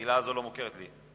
המלה הזאת לא מוכרת לי.